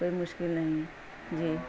کوئی مشکل نہیں ہے جی